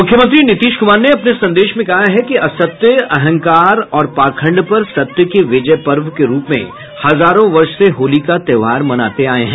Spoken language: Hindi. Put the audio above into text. मुख्यमंत्री नीतीश कुमार ने अपने संदेश में कहा कि असत्य अहंकारऔर पाखंड पर सत्य के विजय पर्व के रूप में हजारों वर्षों से होली का त्योहार मनाते आये हैं